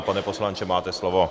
Pane poslanče, máte slovo.